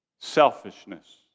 selfishness